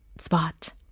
spot